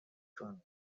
کنم